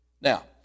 Now